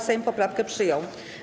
Sejm poprawkę przyjął.